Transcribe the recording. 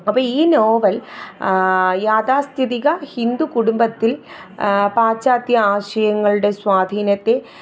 അപ്പോൾ ഈ നോവൽ യാഥാസ്ഥിതിക ഹിന്ദു കുടുംബത്തിൽ പാശ്ചാത്യ ആശയങ്ങളുടെ സ്വാധീനത്തെ